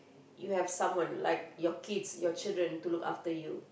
you have someone like your kids your children to look after you